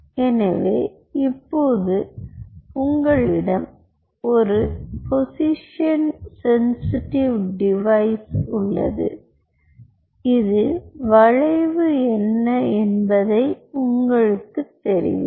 எனவே இப்போது உங்களிடம் ஒரு பொசிசன் சென்சிடிவ் டிவைஸ் உள்ளது இது வளைவு என்ன என்பதை உங்களுக்குத் தெரிவிக்கும்